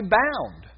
bound